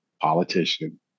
politician